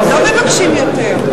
אנחנו לא מבקשים יותר.